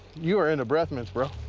you are into breath mints, bro.